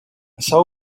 açò